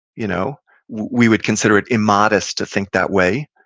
you know we would consider it immodest to think that way.